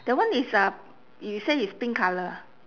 that one is uh you say it's pink colour ah